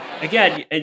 again